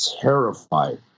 terrified